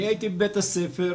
אני הייתי בבית הספר,